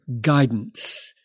guidance